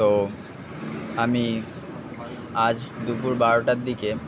তো আমি আজ দুপুর বারোটার দিকে